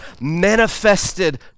manifested